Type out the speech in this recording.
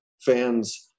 fans